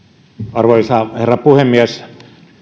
arvoisa herra puhemies